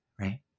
right